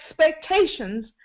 expectations